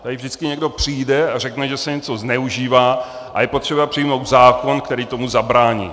Tady vždycky někdo přijde a řekne, že se něco zneužívá a je potřeba přijmout zákon, který tomu zabrání.